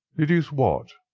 deduce what?